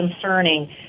concerning